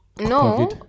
No